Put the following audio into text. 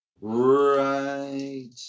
Right